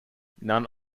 none